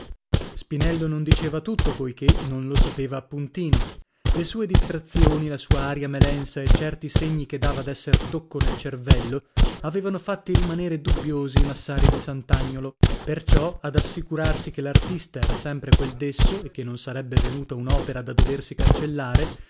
spinello non diceva tutto poichè non lo sapeva appuntino le sue distrazioni la sua aria melensa e certi segni che dava d'esser tocco nel cervello avevano fatti rimanere dubbiosi i massari di sant'agnolo perciò ad assicurarsi che l'artista era sempre quel desso e che non ne sarebbe venuta un'opera da doversi cancellare